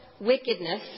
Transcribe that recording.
wickedness